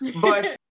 But-